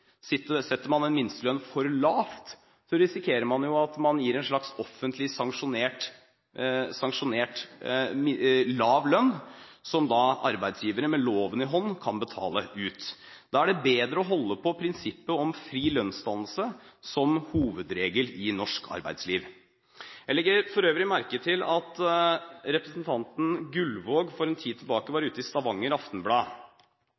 Setter man en minstelønn for lavt, risikerer man at man gir en slags offentlig sanksjonert lav lønn, som arbeidsgivere med loven i hånd kan betale ut. Da er det bedre å holde på prinsippet om fri lønnsdannelse som hovedregel i norsk arbeidsliv. Jeg legger for øvrig merke til at representanten Gullvåg for en tid tilbake var